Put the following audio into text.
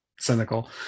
cynical